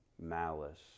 malice